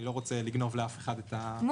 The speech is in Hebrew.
אני לא רוצה לגנוב לאף אחד --- מוחלשות.